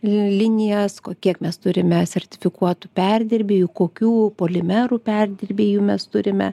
linijas ko kiek mes turime sertifikuotų perdirbėjų kokių polimerų perdirbėjų mes turime